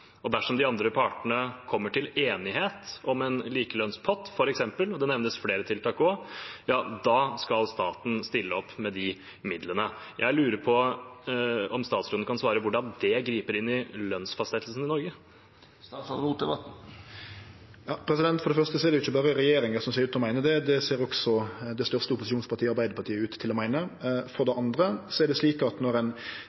og dersom de andre partene kommer til enighet om en likelønnspott, f.eks., og det nevnes flere tiltak også – da skal staten stille opp med de midlene. Jeg lurer på om statsråden kan svare på hvordan det griper inn i lønnsfastsettelsen i Norge. For det første er det ikkje berre regjeringa som ser ut til å meine det, det ser også det største opposisjonspartiet, Arbeidarpartiet, ut til å meine. For det